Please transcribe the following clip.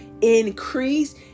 increase